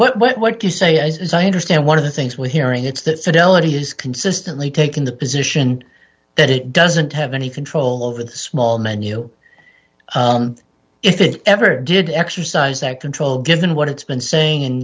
and what to say as i understand one of the things we're hearing it's that civility has consistently taken the position that it doesn't have any control over the small menu if it ever did exercise that control given what it's been saying